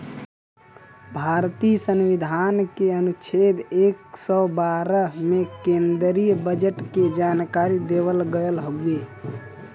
भारतीय संविधान के अनुच्छेद एक सौ बारह में केन्द्रीय बजट के जानकारी देवल गयल हउवे